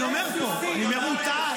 אני אומר פה, אני אומר, שהוא טעה.